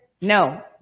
No